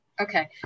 Okay